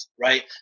right